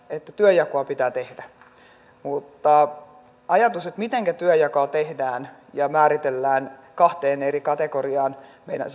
että työnjakoa pitää tehdä mutta se ajatus mitenkä työnjakoa tehdään ja määritellään kahteen eri kategoriaan meidän